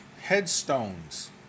headstones